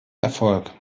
erfolg